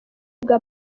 bwa